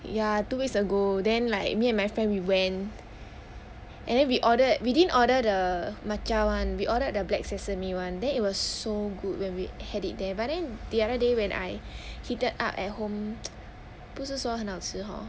ya two weeks ago then like me and my friend we went and then we ordered we didn't order the matcha [one] we ordered the black sesame [one] that it was so good when we had it there but then the other day when I heated up at home 不是说很好吃 hor